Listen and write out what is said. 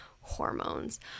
hormones